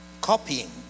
copying